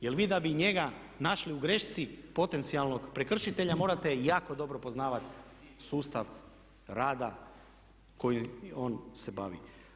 Jer vi da bi njega našli u grešci potencijalnog prekršitelja morate jako dobro poznavati sustav rada kojim on se bavi.